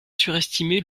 surestimé